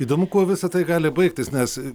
įdomu kuo visa tai gali baigtis nes